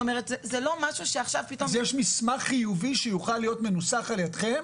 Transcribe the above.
יש מסמך חיובי שיוכל להיות מנוסח אל ידכם?